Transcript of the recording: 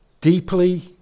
deeply